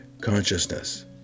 consciousness